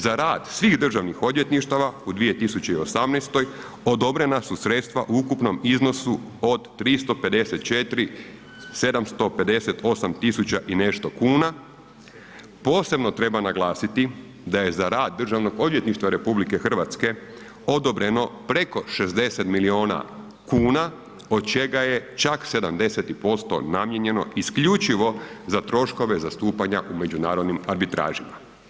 Za rad svih državnih odvjetništava u 2018. odobrena su sredstva u ukupnom iznosu od 354, 758 tisuća i nešto kuna, posebno treba naglasiti da je za rad DORH-a odobreno preko 600 milijuna kuna od čega je čak 70% namijenjeno isključivo za troškove zastupanja u međunarodnim arbitražima.